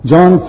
John